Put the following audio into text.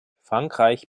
frankreich